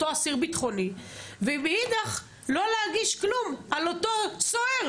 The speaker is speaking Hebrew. אותו אסיר ביטחוני ומאידך לא להגיש כלום על אותו סוהר,